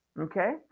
okay